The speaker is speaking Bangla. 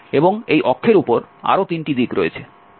এবং এই অক্ষের উপর আরো তিনটি দিক রয়েছে